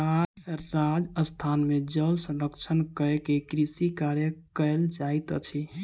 राजस्थान में जल संरक्षण कय के कृषि कार्य कयल जाइत अछि